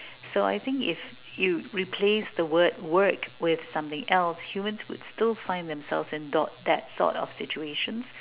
so I think if you replace the word work with something else humans would still find themselves in that sort of situations